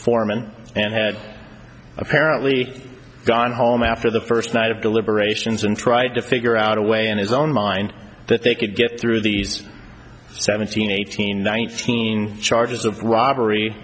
foreman and had apparently gone home after the first night of deliberations and tried to figure out a way in his own mind that they could get through these seventeen eighteen nineteen charges of robbery